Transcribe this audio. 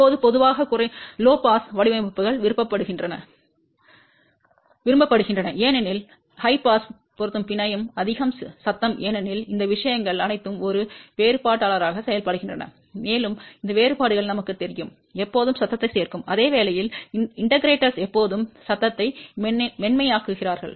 இப்போது பொதுவாக குறைந்த பாஸ் வடிவமைப்புகள் விரும்பப்படுகின்றன ஏனெனில் உயர் பாஸ் பொருந்தும் பிணையம் அதிகம் சத்தம் ஏனெனில் இந்த விஷயங்கள் அனைத்தும் ஒரு வேறுபாட்டாளராக செயல்படுகின்றன மேலும் அந்த வேறுபாடுகள் நமக்குத் தெரியும் எப்போதும் சத்தத்தைச் சேர்க்கும் அதே வேளையில் ஒருங்கிணைப்பாளர்கள் எப்போதும் சத்தத்தை மென்மையாக்குகிறார்கள்